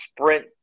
sprint